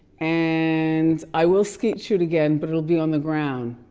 and i will skate shoot again. but it'll be on the ground.